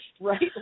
right